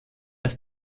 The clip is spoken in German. ist